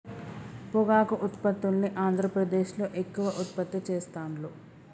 పొగాకు ఉత్పత్తుల్ని ఆంద్రప్రదేశ్లో ఎక్కువ ఉత్పత్తి చెస్తాండ్లు